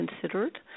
considered